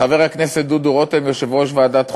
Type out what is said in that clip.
חבר הכנסת דודו רותם, יושב-ראש ועדת החוקה,